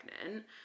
pregnant